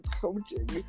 coaching